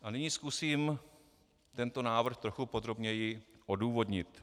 A nyní zkusím tento návrh trochu podrobněji odůvodnit.